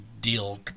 deal